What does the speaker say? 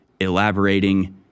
elaborating